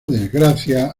desgracia